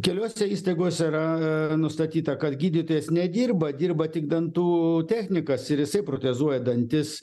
keliose įstaigose yra nustatyta kad gydytojas nedirba dirba tik dantų technikas ir jisai protezuoja dantis